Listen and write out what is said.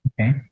Okay